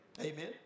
Amen